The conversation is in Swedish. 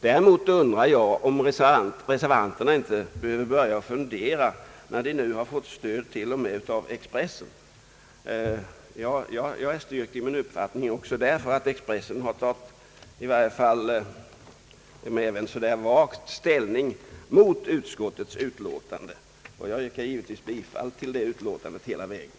Däremot undrar jag om inte reservanterna måste börja fundera om, när de nu har fått stöd till och med av Expressen. Jag har blivit styrkt i min uppfattning också därför att Expressen — om än på ett vagt sätt — har tagit ställning mot utskottets utlåtande. Jag yrkar, herr talman, givetvis bifall till utskottets utlåtande på alla punkter.